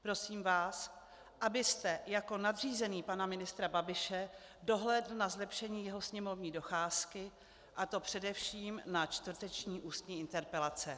Prosím vás, abyste jako nadřízený pana ministra Babiše dohlédl na zlepšení jeho sněmovní docházky, a to především na čtvrteční ústní interpelace.